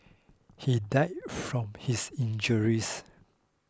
he died from his injuries